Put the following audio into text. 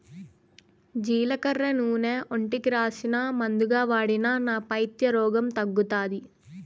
జీలకర్ర నూనె ఒంటికి రాసినా, మందుగా వాడినా నా పైత్య రోగం తగ్గుతాది